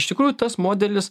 iš tikrųjų tas modelis